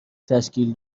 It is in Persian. تشکیل